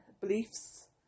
beliefs